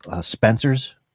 Spencer's